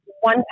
one